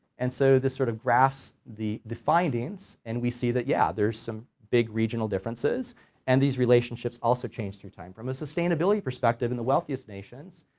and so this sort of graphs the the findings and we see that yeah there's some big regional differences and these relationships also changed through time from a sustainability perspective in the wealthiest nations,